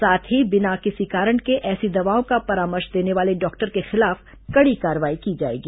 साथ ही बिना किसी कारण के ऐसी दवाओं का परामर्श देने वाले डॉक्टर के खिलाफ कड़ी कार्रवाई की जाएगी